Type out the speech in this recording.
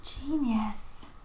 genius